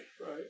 Right